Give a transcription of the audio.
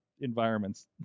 environments